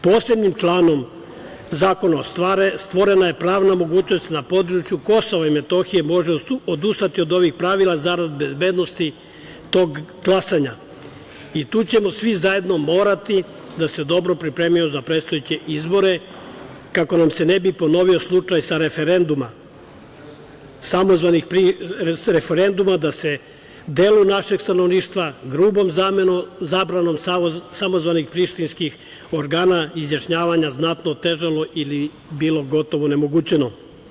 Posebnim članom zakona stvorena je pravna mogućnost da se na području Kosova i Metohije može odustati od ovih pravila zarad bezbednosti tog glasanja i tu ćemo svi zajedno morati da se dobro pripremimo za predstojeće izbore, kako nam se ne bi ponovio slučaj sa referenduma, da se delu našeg stanovništva grubom zabranom samozvanih prištinskih organa izjašnjavanje znatno otežalo ili bilo gotovo onemogućeno.